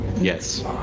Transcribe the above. Yes